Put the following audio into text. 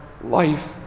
life